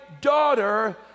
daughter